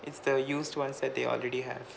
it's the used ones that they already have